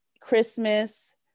Christmas